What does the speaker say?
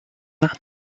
that